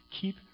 Keep